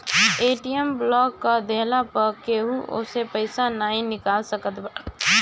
ATM block कअ देहला पअ केहू ओसे पईसा नाइ निकाल सकत बाटे